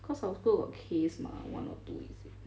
cause our school got case mah one or two weeks ago